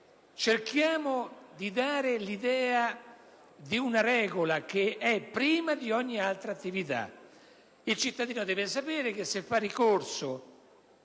cerchiamo di dare l'idea di una regola che è prima di ogni altra attività. Il cittadino deve sapere che, se fa ricorso